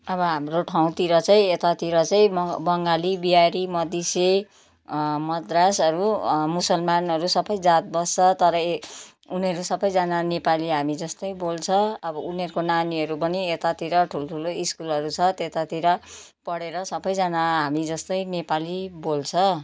अब हाम्रो ठाउँतिर चाहिँ यतातिर चाहिँ म बङ्गाली बिहारी मधेसी मद्रासहरू मुसलमानहरू सबै जात बस्छ तर ए उनीहरू सबैजना नेपाली हामी जस्तै बोल्छ अब उनीहरूको नानीहरू पनि यतातिर ठुल्ठुलो स्कुलहरू छ त्यतातिर पढेर सबैजना हामी जस्तै नेपाली बोल्छ